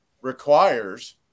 requires